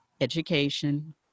education